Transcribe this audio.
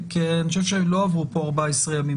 אני חושב שלא עברו פה 14 ימים,